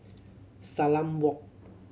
Salam Walk